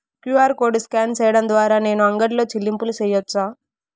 QR code scan సేయడం ద్వారా నేను అంగడి లో చెల్లింపులు సేయొచ్చా?